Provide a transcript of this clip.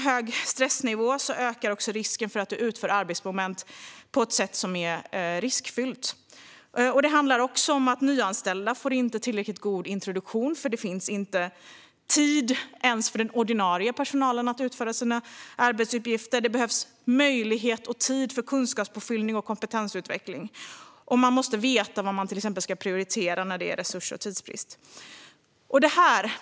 Hög stressnivå ökar risken för att man utför arbetsmoment på ett mer riskfyllt sätt. Det handlar också om att nyanställda inte får tillräckligt god introduktion eftersom det för den ordinarie personalen inte ens finns tid att utföra sina arbetsuppgifter. Det behöver finnas möjlighet och tid till kunskapspåfyllning och kompetensutveckling. Och man måste veta vad man ska prioritera vid resurs och tidsbrist.